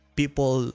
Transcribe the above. people